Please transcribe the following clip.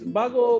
bago